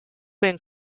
been